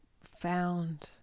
found